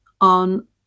on